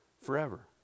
forever